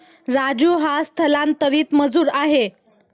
राजू हा स्थलांतरित मजूर आहे